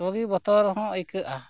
ᱛᱚ ᱛᱚ ᱜᱮ ᱵᱚᱛᱚᱨ ᱦᱚᱸ ᱟᱹᱭᱠᱟᱹᱜᱼᱟ